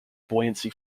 buoyancy